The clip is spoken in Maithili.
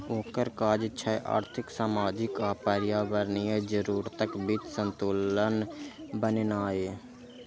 ओकर काज छै आर्थिक, सामाजिक आ पर्यावरणीय जरूरतक बीच संतुलन बनेनाय